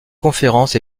conférences